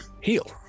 heal